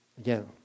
Again